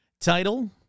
Title